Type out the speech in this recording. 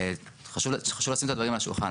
חשוב לשים את הדברים על השולחן,